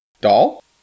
Doll